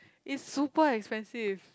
it's super expensive